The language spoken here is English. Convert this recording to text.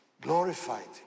glorified